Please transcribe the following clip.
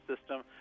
system